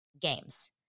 games